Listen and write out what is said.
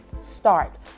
start